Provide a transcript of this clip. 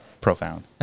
Profound